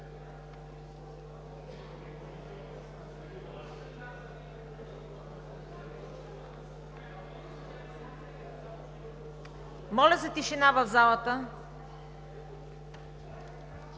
моля за тишина в залата.